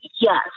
Yes